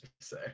say